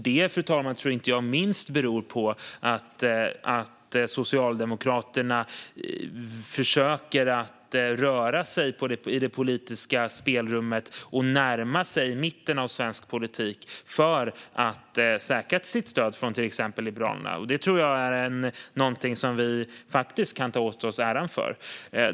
Det, fru talman, tror jag inte minst beror på att Socialdemokraterna försöker röra sig i det politiska spelrummet och närma sig mitten av svensk politik för att säkra sitt stöd från till exempel Liberalerna. Det tror jag är någonting som vi faktiskt kan ta åt oss äran för.